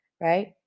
right